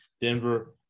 Denver